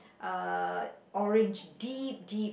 uh orange deep deep